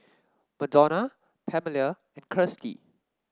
Madonna Pamelia and Kirstie